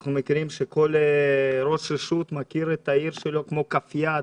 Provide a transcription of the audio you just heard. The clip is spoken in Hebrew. ואנחנו יודעים שכל ראש רשות מכיר את העיר שלו כמו את כף ידו.